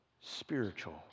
spiritual